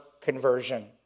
conversion